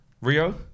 Rio